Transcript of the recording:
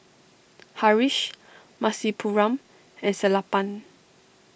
Haresh Rasipuram and Sellapan